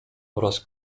oraz